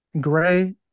gray